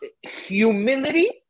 Humility